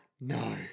no